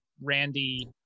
Randy